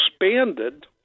expanded